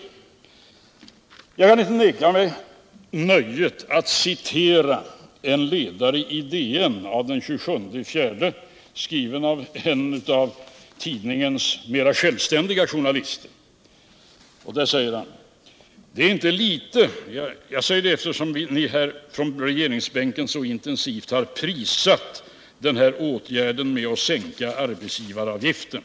Jag kan inte neka mig nöjet att citera en ledare i DN av den 27 april, skriven av en av tidningens mera självständiga journalister. Jag gör detta eftersom ni här från regeringsbänken så intensivt har prisat åtgärden att sänka arbetsgivaravgiften.